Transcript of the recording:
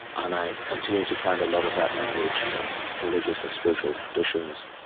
and i continue to find a lot of that language in religious and spiritual traditions,